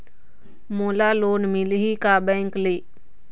मोला लोन मिलही का बैंक ले?